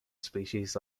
species